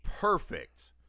perfect